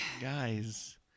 guys